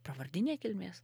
pravardinė kilmės